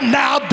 now